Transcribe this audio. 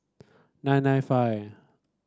nine nine five